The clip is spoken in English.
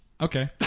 Okay